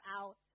out